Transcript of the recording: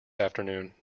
afternoon